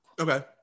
okay